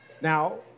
Now